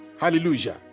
Hallelujah